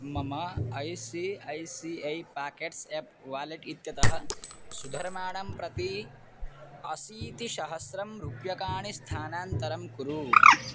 मम I C I C I pockets app wallet इत्यतः सुधर्माणं प्रति अशीतिसहस्रं रूप्यकाणि स्थानान्तरं कुरु